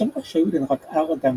יו"ר היודנראט אדם